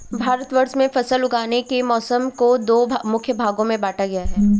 भारतवर्ष में फसल उगाने के मौसम को दो मुख्य भागों में बांटा गया है